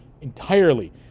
entirely